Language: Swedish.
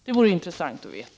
Det vore intressant att veta.